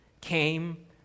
came